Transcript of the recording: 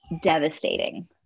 devastating